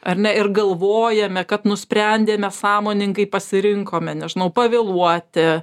ar ne ir galvojame kad nusprendėme sąmoningai pasirinkome nežinau pavėluoti